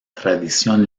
tradición